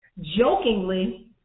jokingly